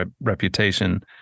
reputation